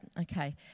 okay